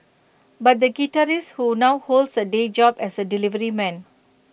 but the guitarist who now holds A day job as A delivery man